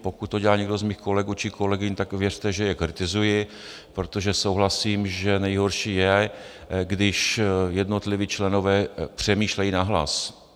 Pokud to dělá někdo z mých kolegů či kolegyň, tak mi věřte, že je kritizuji, protože souhlasím, že nejhorší je, když jednotliví členové přemýšlejí nahlas.